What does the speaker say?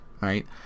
right